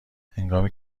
هنگامی